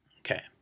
Okay